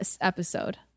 Episode